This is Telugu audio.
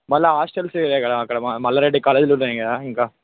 మరల హాస్టల్స్ ఇవి కదా అక్కడ మల్లా రెడ్డి కాలేజ్లు ఉన్నాయి కదా ఇంకా